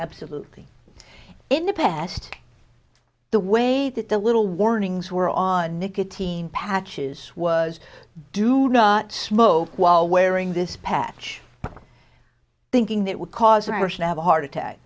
absolutely in the past the way that the little warnings were on nicotine patches was do not smoke while wearing this patch thinking that would cause her shanab a heart attack